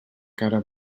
cara